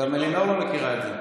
גם אלינור לא מכירה את זה.